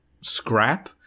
scrap